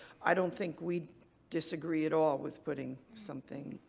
i don't think we disagree at all with putting something